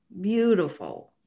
beautiful